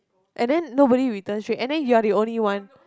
and then nobody returns tray and then you're the only one